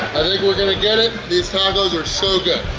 think we're going to get it, these tacos are so good!